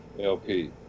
LP